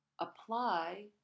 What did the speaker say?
apply